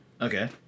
Okay